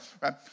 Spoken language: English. right